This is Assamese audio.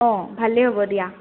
অঁ ভালেই হ'ব দিয়া